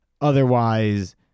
otherwise